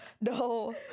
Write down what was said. No